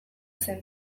zen